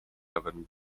oven